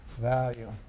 value